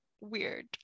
weird